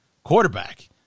quarterback